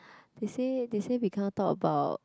they say they say we can't talk about